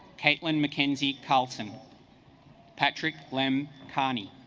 caitlin mackenzie carlton patrick lim carney